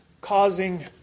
Causing